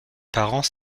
parents